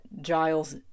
Giles